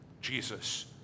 Jesus